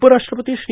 उपराष्ट्रपती श्री